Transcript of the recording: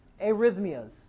Arrhythmias